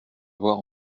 avoir